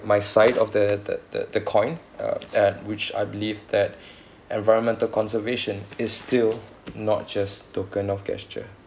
my side of the the the the coin uh at which I believe that environmental conservation is still not just token of gesture